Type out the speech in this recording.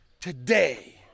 today